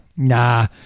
Nah